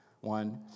one